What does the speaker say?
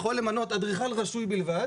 נוכל למנות אדריכל רשוי בלבד